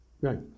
Right